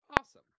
awesome